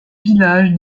village